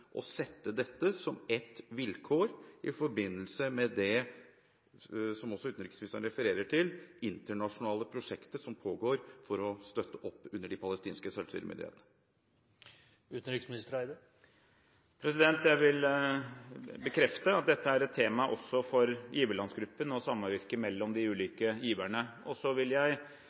sette dette som et vilkår i forbindelse med det som også utenriksministeren refererer til, nemlig det internasjonale prosjektet som pågår for å støtte opp under de palestinske selvstyremyndighetene? Jeg vil bekrefte at dette er et tema også for giverlandsgruppen og samvirket mellom de ulike giverne. Så vil jeg